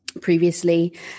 previously